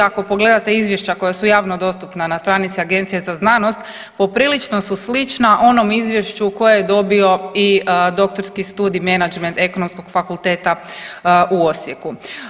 Ako pogledate izvješća koja su javno dostupna na stranici Agencije za znanost poprilično su slična onom izvješću koje je dobio i doktorski studij menadžment Ekonomskog fakulteta u Osijeku.